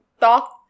talk